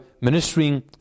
ministering